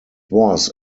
was